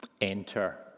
enter